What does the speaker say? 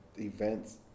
events